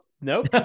Nope